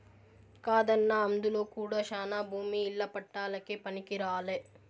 కాదన్నా అందులో కూడా శానా భూమి ఇల్ల పట్టాలకే పనికిరాలే